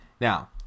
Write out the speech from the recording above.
now